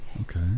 Okay